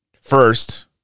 First